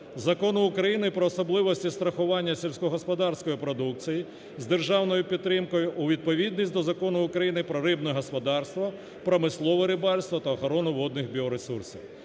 Закону України "Про особливості страхування сільськогосподарської продукції з державною підтримкою" у відповідність до Закону України "Про рибне господарство, промислове рибальство та охорону водних біоресурсів".